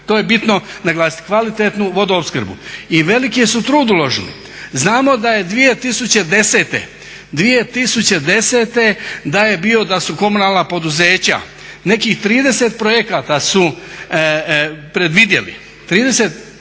To je bitno naglasiti, kvalitetnu vodoopskrbu. I veliki su trud uložili. Znamo da je 2010., 2010. da je bio, da su komunalna poduzeća, nekih 30 projekata su predvidjeli,